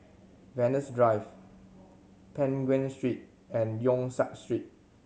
Venus Drive Peng Nguan Street and Yong Siak Street